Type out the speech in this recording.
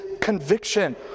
conviction